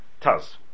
Taz